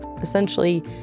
Essentially